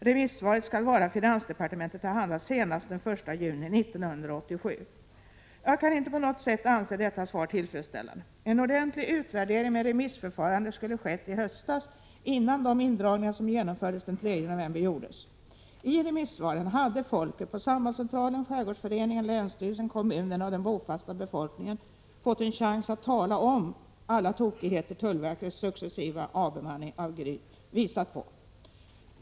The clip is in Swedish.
Remissvaret skall vara finansdepartementet till handa senast den 1 juni 1987.” Jag kan inte på något sätt anse detta svar tillfredsställande. En ordentlig utvärdering med remissförfarande skulle ha skett i höstas innan de indragningar som genomfördes den 3 november gjordes. I remissvaren hade folket på sambandscentralen, skärgårdsföreningen, länsstyrelsen, kommunerna och den bofasta befolkningen fått en chans att påpeka alla tokigheter som förekommit i samband med tullverkets successiva avbemanning av Gryt.